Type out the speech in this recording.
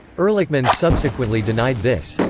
ehrlichman subsequently denied this.